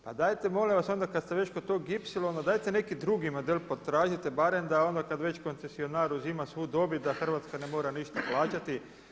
Pa dajte molim vas onda kada ste već kod tog ipsilona, dajte neki drugi model potražite barem da onda kada već koncesionar uzima svu dobit da Hrvatska ne mora ništa plaćati.